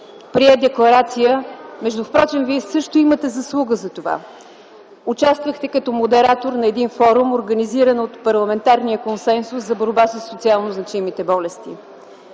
прие декларация. Впрочем Вие също имате заслуга за това – участвахте като модератор на един форум, организиран от Парламентарния консенсус за борба със социално значимите болести.